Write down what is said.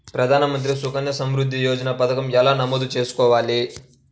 ప్రధాన మంత్రి సుకన్య సంవృద్ధి యోజన పథకం ఎలా నమోదు చేసుకోవాలీ?